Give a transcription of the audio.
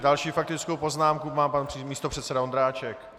Další faktickou poznámku má pan místopředseda Vondráček.